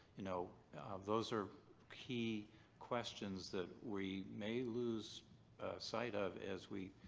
you know those are key questions that we may lose sight of as we.